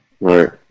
Right